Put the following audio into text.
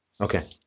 Okay